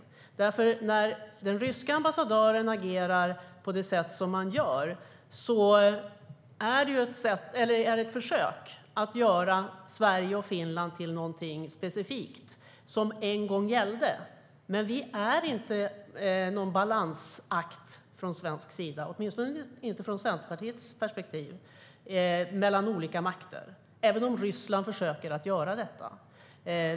När den ryska ambassadören agerar på det sätt han gör är det ett försök att göra Sverige och Finland till någonting specifikt som en gång gällde, men vi är inte någon balansakt, åtminstone inte från Centerpartiets perspektiv, mellan olika makter även om Ryssland försöker få oss till det.